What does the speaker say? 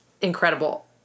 incredible